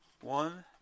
one